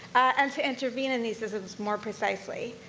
and to intervene in these systems more precisely.